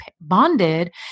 bonded